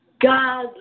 God